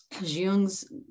Jung's